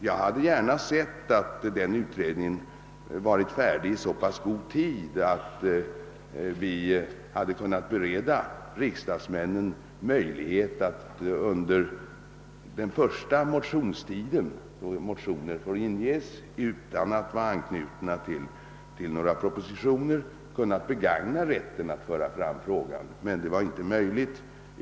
Jag hade gärna sett att utredningen hade varit färdig i så god tid att riksdagsledamöterna under den allmänna motionstiden, då motioner får inges utan att vara knutna till några propositioner, hade kunnat begagna rätten att föra fram frågan, men det var inte möjligt.